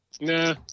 Nah